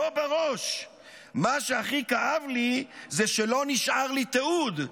לא בראש'"; "מה שהכי כאב לי זה שלא נשאר לי תיעוד,